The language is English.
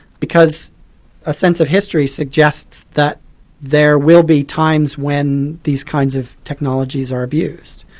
because a sense of history suggests that there will be times when these kinds of technologies are abused,